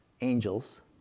angels